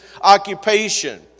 occupation